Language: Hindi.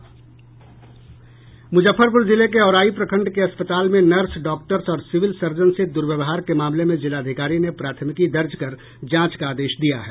मुजफ्फरपुर जिले के औराई प्रखंड के अस्पताल में नर्स डॉक्टर्स और सिविल सर्जन से दुर्व्यवहार के मामले में जिलाधिकारी ने प्राथमिकी दर्ज कर जांच का आदेश दिया है